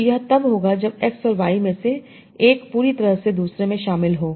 तो यह तब होगा जब X और Y में से 1 पूरी तरह से दूसरे में शामिल हो